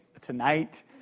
tonight